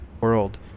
world